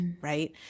right